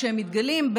כשהם מתגלים,